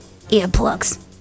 earplugs